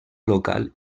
local